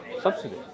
subsidy